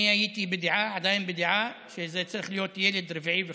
אני הייתי ועדיין בדעה שזה צריך להיות גם ילד רביעי וחמישי,